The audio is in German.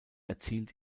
erzielt